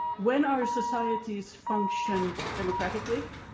when our societies function democratically,